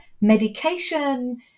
medication